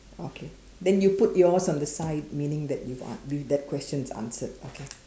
okay then you put yours on the side meaning that you've an~ if that question's answered okay